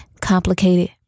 complicated